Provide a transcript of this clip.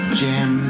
jam